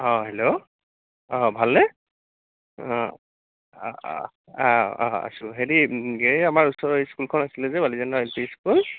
অঁ হেল্ল' অঁ ভালনে অঁ অ অ অঁ আছোঁ হেৰি এই আমাৰ ওচৰৰ স্কুলখন আছিলে যে বালিজনা এল পি স্কুল